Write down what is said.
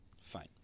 Fine